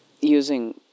Using